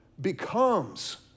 becomes